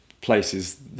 places